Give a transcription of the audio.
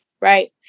right